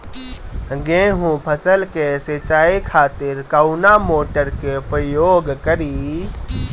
गेहूं फसल के सिंचाई खातिर कवना मोटर के प्रयोग करी?